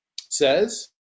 says